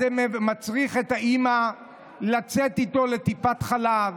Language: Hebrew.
זה מצריך מהאימא לצאת איתו לטיפת חלב,